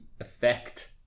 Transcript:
effect